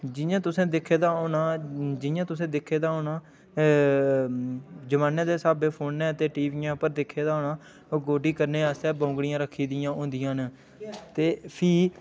जि'यां तुसें दिक्खे दा होना जि'यां तुसें दिक्खे दा होना होना जमानै दे स्हाबै फोनै ते टीवियें उप्पर दिक्खे दा होना ओह् गोड्डी करने आस्तै बौंगड़ियां रक्खी दियां होंदियां न ते फ्ही